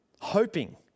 Hoping